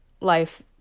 life